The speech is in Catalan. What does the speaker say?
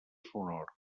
sonor